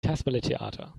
kasperletheater